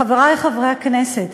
חברי חברי הכנסת,